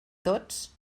tots